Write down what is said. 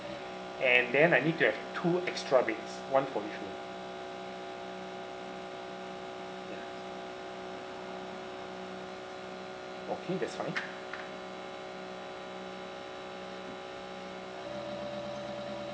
and then I need to have two extra beds one for each room ya okay that's fine